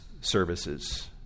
services